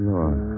Lord